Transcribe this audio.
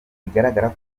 bigaragara